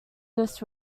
this